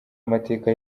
amateka